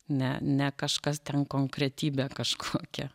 ne ne kažkas ten konkretybė kažkokia